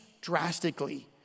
drastically